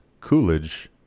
Coolidge